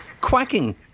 quacking